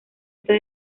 está